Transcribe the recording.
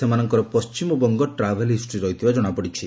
ସେମାନଙ୍କର ପଣ୍ଟିମବଙ୍ଗ travel history ରହିଥିବା ଜଶାପଡିଛି